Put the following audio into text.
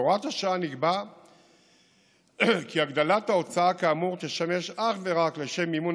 בהוראת השעה נקבע כי הגדלת ההוצאה כאמור תשמש אך ורק לשם מימון